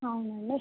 అవును అండి